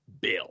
Bill